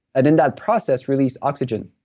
and in that process, release oxygen.